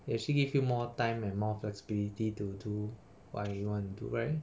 will she give you more time and more flexibility to do what you want to do right